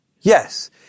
Yes